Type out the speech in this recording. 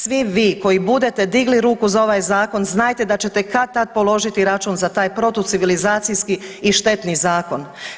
Svi vi koji budete digli ruku za ovaj zakon znajte da ćete kad-tad položiti račun za taj protucivilizacijski i štetni zakon.